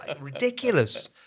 ridiculous